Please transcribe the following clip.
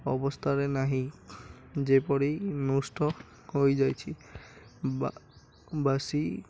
ଅବସ୍ଥାରେ ନାହିଁ ଯେପରି ନଷ୍ଟ ହୋଇଯାଇଛି ବାସି